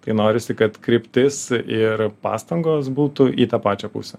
kai norisi kad kryptis ir pastangos būtų į tą pačią pusę